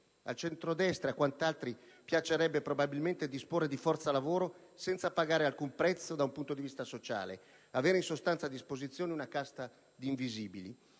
al centrodestra e a quant'altri piacerebbe, probabilmente, disporre di forza lavoro senza pagare alcun prezzo da un punto di vista sociale, avere in sostanza a disposizione una casta di invisibili.